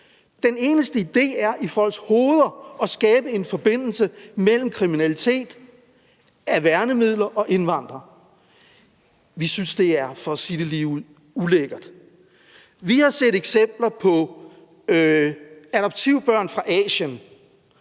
Den eneste idé er i folks hoveder at skabe en forbindelse mellem kriminalitet med hensyn til værnemidler og indvandrere. Vi synes, det er, for at sige det ligeud, ulækkert. Vi har set eksempler på adoptivbørn fra Asien,